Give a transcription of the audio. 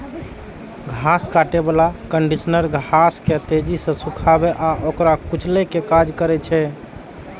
घास काटै बला कंडीशनर घास के तेजी सं सुखाबै आ ओकरा कुचलै के काज करै छै